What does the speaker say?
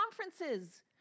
conferences